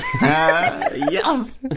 Yes